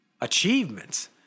achievements